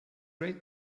rate